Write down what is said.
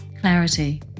clarity